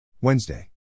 Wednesday